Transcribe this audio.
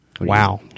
Wow